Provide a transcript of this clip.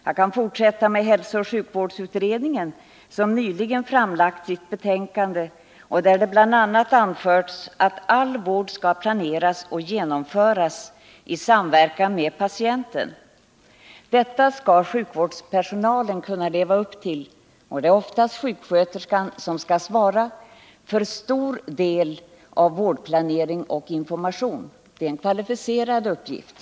Jag kan fortsätta med hälsooch sjukvårdsutredningen, som nyligen framlagt sitt betänkande, där det bl.a. anförs att all vård skall planeras och genomföras i samverkan med patienten. Detta skall sjukvårdspersonalen kunna leva upp till, och det är oftast sjuksköterskan som skall svara för en stor del av vårdplaneringen och informationen. Det är en kvalificerad uppgift.